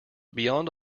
beyond